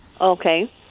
Okay